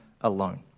alone